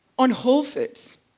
on whole foods.